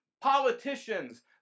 politicians